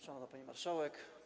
Szanowna Pani Marszałek!